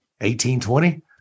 1820